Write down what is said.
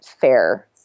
fair